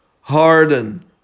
Harden